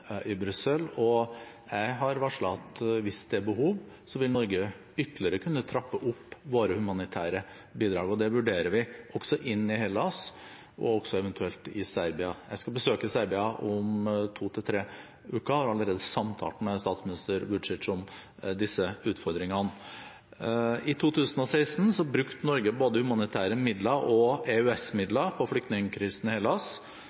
i Brussel, og jeg har varslet at hvis det er behov, vil Norge ytterligere kunne trappe opp våre humanitære bidrag. Det vurderer vi også inn i Hellas, eventuelt også i Serbia. Jeg skal besøke Serbia om to til tre uker og har allerede samtalt med statsminister V?ci? om disse utfordringene. I 2016 brukte Norge både humanitære midler og EØS-midler på flyktningkrisen i Hellas,